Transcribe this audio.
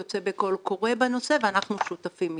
הוא יוצא בקול קורא בנושא ואנחנו שותפים איתו.